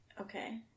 Okay